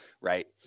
Right